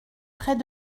près